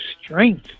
strength